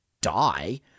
die